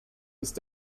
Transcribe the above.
ist